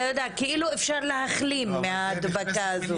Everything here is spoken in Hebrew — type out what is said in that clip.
אתה יודע, כאילו אפשר להחלים מההדבקה הזאת.